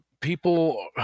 people